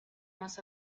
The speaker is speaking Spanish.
más